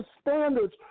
standards